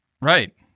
Right